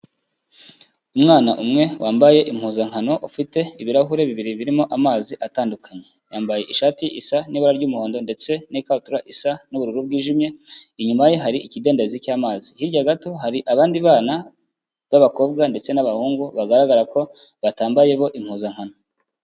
Umwana umwe wambaye impuzankano ufite ibirahure bibiri birimo amazi atandukanye, yambaye ishati isa n'ibara ry'umuhondo ndetse n'ikabutura isa n'ubururu bwijimye, inyuma ye hari ikidendezi cy'amazi, hirya gato hari abandi bana b'abakobwa ndetse n'abahungu bagaragara ko batambaye bo impuzankano.